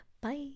bye